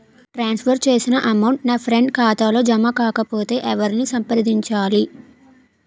ట్రాన్స్ for చేసిన amount నా friend ఖాతాలో జమ కాకపొతే ఎవరిని సంప్రదించాలి?